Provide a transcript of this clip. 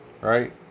right